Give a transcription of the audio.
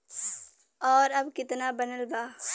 और अब कितना बनल बा?